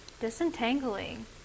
Disentangling